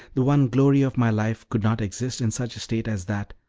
the one glory of my life could not exist in such a state as that,